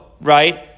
right